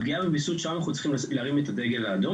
הפגיעה בוויסות שבה אנחנו צריכים להרים את הדגל האדום